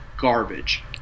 garbage